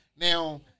now